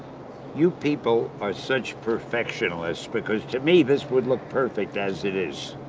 you people are such perfectionalist because to me, this would look perfect as it is.